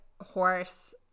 horse